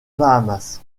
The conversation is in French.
bahamas